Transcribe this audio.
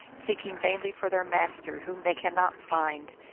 seeking vainly for their master, whom they cannot find,